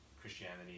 Christianity